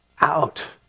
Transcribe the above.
out